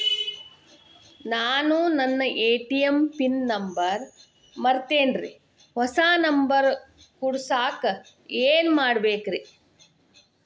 ನಾನು ನನ್ನ ATM pin number ಮರ್ತೇನ್ರಿ, ಹೊಸಾ ನಂಬರ್ ಕುಡಸಾಕ್ ಏನ್ ಮಾಡ್ಬೇಕ್ರಿ?